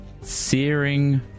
Searing